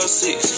six